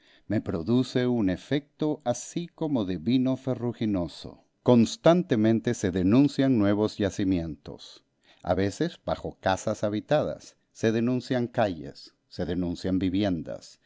me produce un efecto así como de vino ferruginoso constantemente se denuncian nuevos yacimientos a veces bajo casas habitadas se denuncian calles se denuncian viviendas